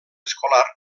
escolar